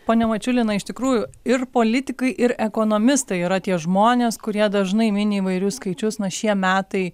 pone mačiuli na iš tikrųjų ir politikai ir ekonomistai yra tie žmonės kurie dažnai mini įvairius skaičius na šie metai